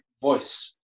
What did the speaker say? voice